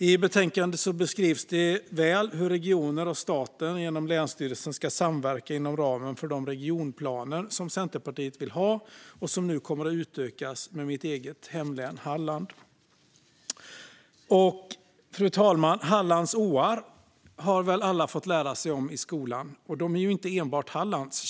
I betänkandet beskrivs det väl hur regioner och staten genom länsstyrelsen ska samverka inom ramen för de regionplaner som Centerpartiet vill ha och som nu kommer att utökas med mitt eget hemlän Halland. Fru talman! Hallands åar har väl alla fått lära sig i skolan, men de är inte enbart Hallands.